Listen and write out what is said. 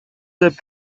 деп